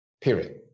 period